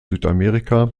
südamerika